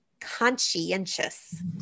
conscientious